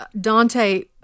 Dante